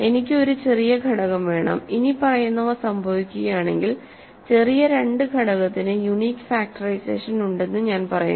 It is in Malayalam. എനിക്ക് ഒരു ചെറിയ ഘടകം വേണം ഇനിപ്പറയുന്നവ സംഭവിക്കുകയാണെങ്കിൽ ചെറിയ രണ്ട് ഘടകത്തിന് യുണീക് ഫാക്ടറൈസേഷൻ ഉണ്ടെന്ന് ഞാൻ പറയുന്നു